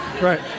right